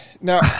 Now